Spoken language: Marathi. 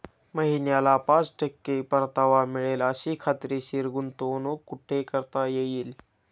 महिन्याला पाच टक्के परतावा मिळेल अशी खात्रीशीर गुंतवणूक कुठे करता येईल?